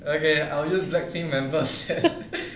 okay I'll use blackpink members